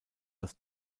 das